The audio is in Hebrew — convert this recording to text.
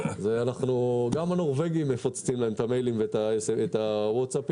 גם לנורבגים מפוצצים את המיילים ואת הוואטסאפים.